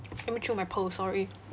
let me chew my pearls sorry